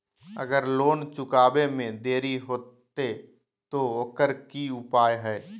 अगर लोन चुकावे में देरी होते तो ओकर की उपाय है?